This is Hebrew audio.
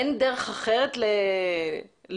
אין דרך אחרת לעודד,